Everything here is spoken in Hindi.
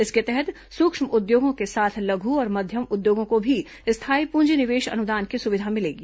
इसके तहत सूक्ष्म उद्योगों के साथ लघु और मध्यम उद्योगों को भी स्थायी पूंजी निवेश अनुदान की सुविधा मिलेगी